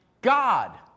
God